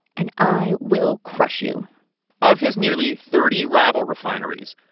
and i will crush you of his nearly thirty rival refineries,